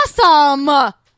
awesome